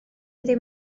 ddim